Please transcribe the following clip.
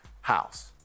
house